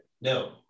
No